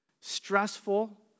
stressful